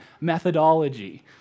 methodology